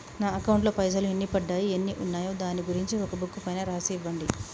నా అకౌంట్ లో పైసలు ఎన్ని పడ్డాయి ఎన్ని ఉన్నాయో దాని గురించి ఒక బుక్కు పైన రాసి ఇవ్వండి?